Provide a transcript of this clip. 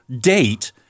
date